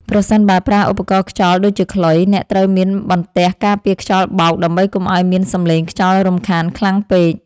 ប្រសិនបើប្រើឧបករណ៍ខ្យល់ដូចជាខ្លុយ អ្នកត្រូវមានបន្ទះការពារខ្យល់បោក ដើម្បីកុំឱ្យមានសំឡេងខ្យល់រំខានខ្លាំងពេក។